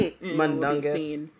Mundungus